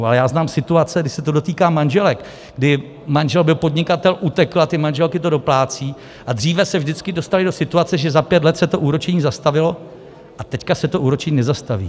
Ale já znám situace, kdy se to dotýká manželek, kdy manžel byl podnikatel, utekl a ty manželky to doplácejí, a dříve se vždycky dostaly do situace, že za pět let se to úročení zastavilo, a teď se to úročení nezastaví.